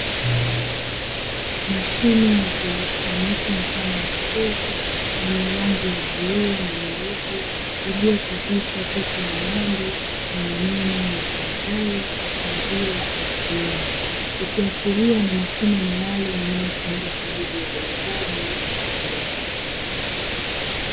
Mashine ya kielotroniki mfano wa jokofu lenye rangi ya bluu na nyeupe, iliyochapishwa picha ya ng'ombe na maneno yasomekayo Maziwa ATM ikiashiria ni mashine maalumu inayotumika kwajili ya huuzaji maziwa.